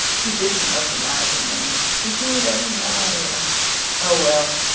you didn't much imagine then that you would ever marry him. oh, well,